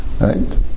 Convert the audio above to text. right